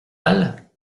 mal